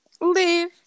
Leave